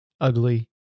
ugly